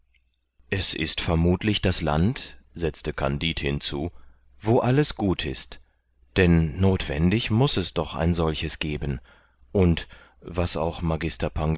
es ist vermutlich das land setzte kandid hinzu wo alles gut ist denn nothwendig muß es doch ein solches geben und was auch magister